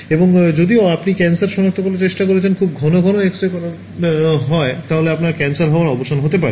এবং যদিও আপনি ক্যান্সার সনাক্ত করার চেষ্টা করছেন খুব ঘন ঘন এক্স রে হওয়ার কারণে আপনার ক্যান্সার হওয়ার অবসান হতে পারে